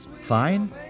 fine